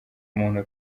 muntu